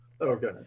Okay